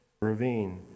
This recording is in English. ravine